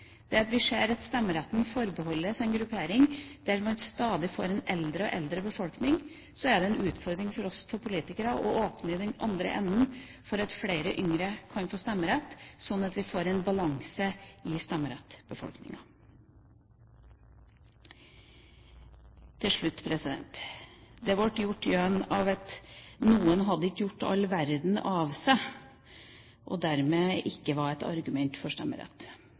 vi ser at stemmeretten forbeholdes en gruppering med en stadig eldre befolkning, er det en utfordring for oss politikere å åpne i den andre enden for at flere yngre kan få stemmerett, sånn at vi får en balanse i stemmerettsbefolkninga. Til slutt: Det ble drevet gjøn med at noen ikke hadde gjort all verden av seg og dermed ikke var et argument for stemmerett.